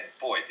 boy